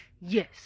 Yes